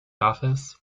office